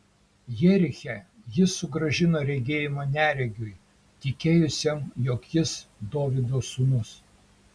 jeriche jis sugrąžino regėjimą neregiui tikėjusiam jog jis dovydo sūnus